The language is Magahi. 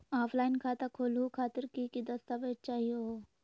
ऑफलाइन खाता खोलहु खातिर की की दस्तावेज चाहीयो हो?